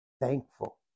thankful